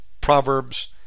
Proverbs